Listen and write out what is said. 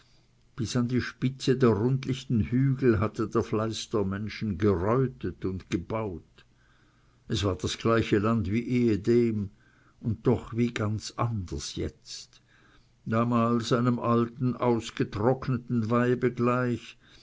bis an die spitze der rundlichten hügel hatte der fleiß der menschen gereutet und gebaut es war das gleiche land wie ehedem und doch wie ganz anders jetzt damals einem alten ausgetrockneten weibe gleich